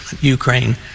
Ukraine